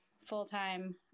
full-time